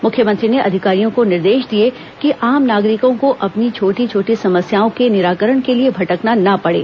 मुख्यमंत्री ने अधिकारियों को निर्देश दिए कि आम नागरिकों को अपनी छोटी छोटी समस्याओं के निराकरण के लिए भटकना ना पड़े